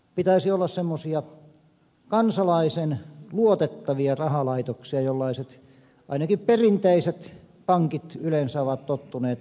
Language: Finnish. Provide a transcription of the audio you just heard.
pitäisi olla semmoisia kansalaisen luotettavia rahalaitoksia jollaisia ainakin perinteiset pankit yleensä ovat tottuneet olemaan